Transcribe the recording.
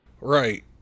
Right